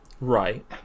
Right